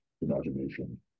imagination